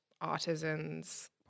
artisans